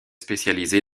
spécialisée